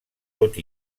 tot